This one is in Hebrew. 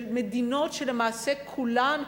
של מדינות שלמעשה כולן,